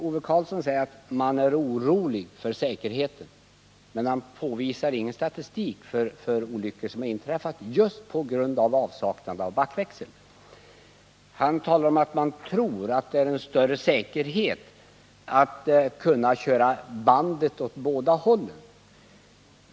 Ove Karlsson säger att man är orolig för säkerheten, men han visar inte på någon statistik över olyckor som inträffat på grund av avsaknad av backväxel. Han säger vidare att man tror att det ger en större säkerhet att kunna köra bandet på skotern åt båda hållen.